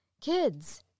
kids